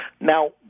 Now